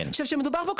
מדובר פה,